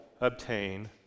obtain